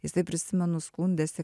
jisai prisimenu skundėsi